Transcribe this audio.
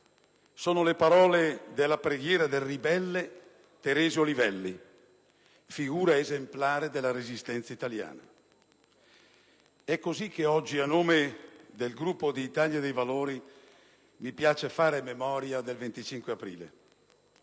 le parole della "preghiera del ribelle" di Teresio Olivelli, figura esemplare della Resistenza italiana. È cosi che oggi, a nome del Gruppo Italia dei Valori, mi piace fare memoria del 25 aprile.